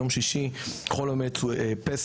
יום שישי, חול המועד פסח.